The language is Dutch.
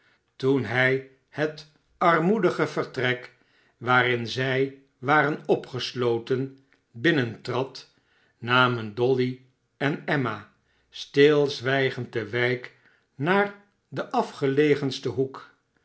toen hij het armoedige vertrek waarin zij waren opgesloten bihnentrad namen dolly en emma stilzwijgend de wijk naar den afgelegensten hoek